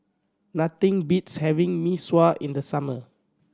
nothing beats having Mee Sua in the summer